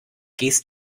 gehst